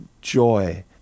joy